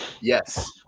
Yes